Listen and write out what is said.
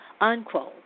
unquote